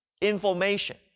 information